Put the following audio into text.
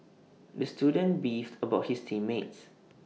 the student beefed about his team mates